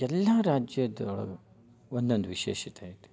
ಎಲ್ಲ ರಾಜ್ಯದೊಳಗೆ ಒಂದೊಂದು ವಿಶೇಷತೆ ಐತಿ